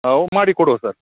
ಆಂ ಮಾಡಿಕೊಡುವ ಸರ್